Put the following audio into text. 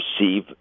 receive